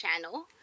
channel